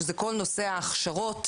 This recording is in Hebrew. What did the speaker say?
שזה כל נושא ההכשרות,